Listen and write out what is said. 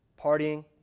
partying